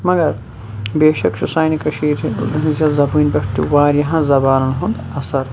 مَگَر بے شَک چھُ سانہِ کٔشیٖرِ ہنٛدۍ زَبانہِ پٮ۪ٹھ تہِ واریاہَن زَبانَن ہُنٛد اَثَر